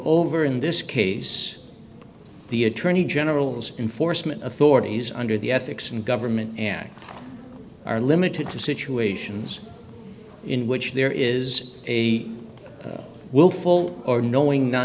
over in this case the attorney general's enforcement authorities under the ethics in government and are limited to situations in which there is a willful or knowing non